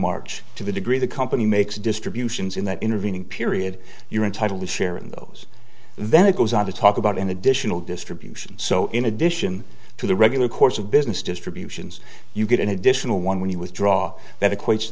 march to the degree the company makes distributions in that intervening period you're entitled to share in those then it goes on to talk about an additional distribution so in addition to the regular course of business distributions you get an additional one when he was draw that equates